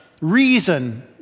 reason